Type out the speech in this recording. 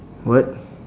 what